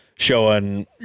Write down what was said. Showing